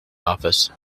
office